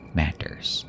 matters